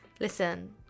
Listen